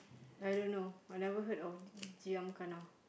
I don't know I never heard of giam gana